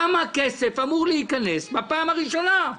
כמה כסף אמור להיכנס בפעם הראשונה,